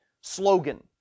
slogan